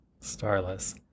Starless